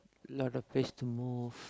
lot of place to move